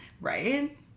Right